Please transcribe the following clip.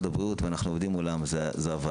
הבריאות ואנחנו עובדים מולם בוועדה.